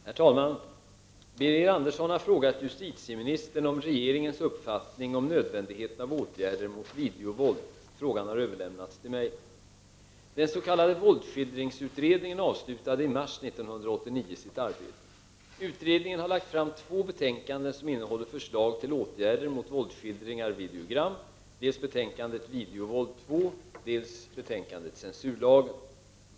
Herr talman! Birger Andersson har frågat justitieministern om regeringens uppfattning om nödvändigheten av åtgärder mot videovåld. Frågan har överlämnats till mig. Den s.k. våldsskildringsutredningen avslutade i mars 1989 sitt arbete. Utredningen har lagt fram två betänkanden som innehåller förslag till åtgärder mot våldsskildringar i videogram, dels Videovåld II , dels Censurlagen .